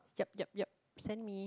yeap yeap yeap send me